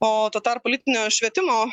o tuo tarpu lytinio švietimo